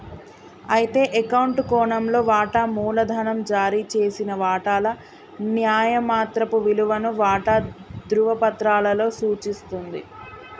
అయితే అకౌంట్ కోణంలో వాటా మూలధనం జారీ చేసిన వాటాల న్యాయమాత్రపు విలువను వాటా ధ్రువపత్రాలలో సూచిస్తుంది